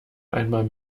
einmal